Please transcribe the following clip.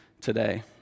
today